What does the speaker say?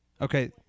Okay